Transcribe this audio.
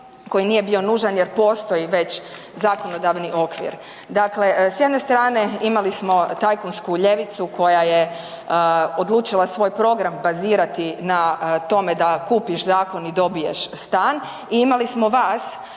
koji nije bio nužan jer postoji već zakonodavni okvir. Dakle, s jedne strane imali smo tajkunsku ljevicu koja je odlučila svoj program bazirati na tome da kupiš zakon i dobiješ stan i imali smo vas